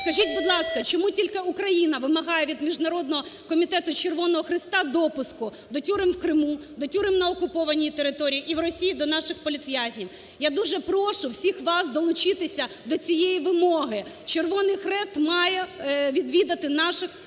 Скажіть, будь ласка, чому тільки Україна вимагає від Міжнародного Комітету Червоного Хреста допуску до тюрем в Криму, до тюрем на окупованій території і в Росії до наших політв'язнів. Я дуже прошу всіх вас долучитися до цієї вимоги, Червоний Хрест має відвідати наших громадян.